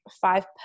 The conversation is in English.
five